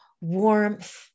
warmth